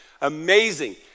Amazing